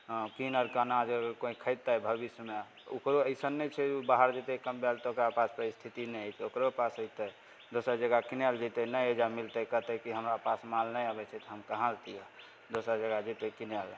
हँ कीन अरके अनाज कोइ खइतइ भविष्यमे ओकरो अइसन नहि छै जे बाहर जेतय कमेबे लए तऽ ओकरा पास परिस्थिति नहि होतय ओकरो पास होतय दोसर जगह कीनऽ लए जेतय नहि एहिजाँ मिलतइ कहतइ कि हमरा पास माल नहि आबय छै तऽ हम कहाँसँ दियौ दोसर जगह जेतय कीनय लए